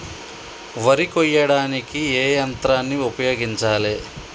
వరి కొయ్యడానికి ఏ యంత్రాన్ని ఉపయోగించాలే?